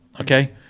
Okay